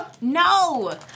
No